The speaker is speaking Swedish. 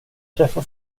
träffa